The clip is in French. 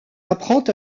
apprend